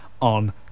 on